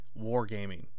wargaming